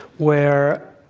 where,